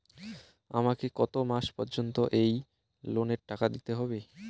আমাকে কত মাস পর্যন্ত এই লোনের টাকা দিতে হবে?